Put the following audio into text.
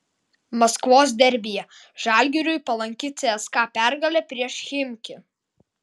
maskvos derbyje žalgiriui palanki cska pergalė prieš chimki